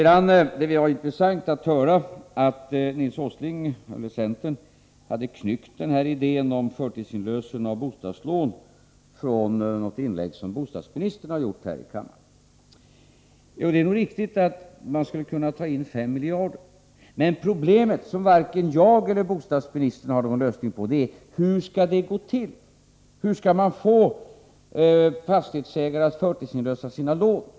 Det var intressant att höra att centern hade knyckt idén om förtidsinlösen av bostadslån från ett inlägg som bostadsministern gjort här i kammaren. Det är nog riktigt att man på det sättet skulle kunna ta in 5 miljarder, men problemet är — och det har varken jag eller bostadsministern någon lösning på — hur detta skall gå till. Hur skall man få fastighetsägare att förtidsinlösa sina lån?